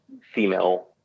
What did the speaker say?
female